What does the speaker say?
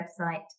website